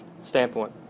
standpoint